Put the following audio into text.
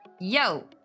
Yo